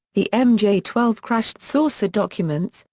the mj twelve crashed saucer documents,